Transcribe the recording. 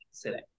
today